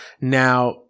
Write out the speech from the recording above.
Now